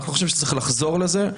אנחנו חושבים שצריך לחזור לזה.